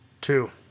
Two